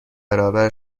برابر